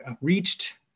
reached